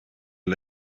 pro